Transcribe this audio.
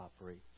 operates